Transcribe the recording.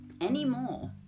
anymore